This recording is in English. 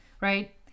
right